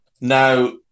Now